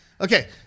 Okay